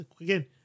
again